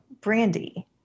Brandy